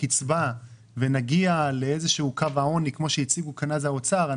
הקצבה ונגיע לאיזשהו קו העוני כמו שהציגו כאן אז האוצר,